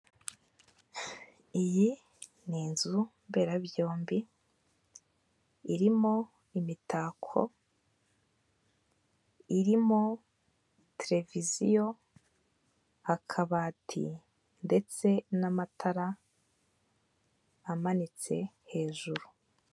Iyi ni inzu mberabyombi, irimo imitako, irimo televiziyo, akabati ndetse n'amatara amanitse hejuru.